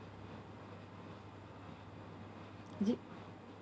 is it